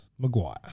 Maguire